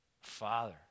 Father